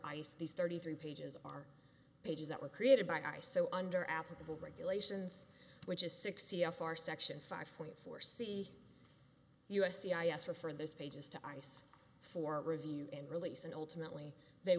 ice these thirty three pages are pages that were created by ice so under applicable regulations which is six c f r section five point four c u s c i asked her for those pages to ice for review and release and ultimately they